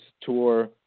tour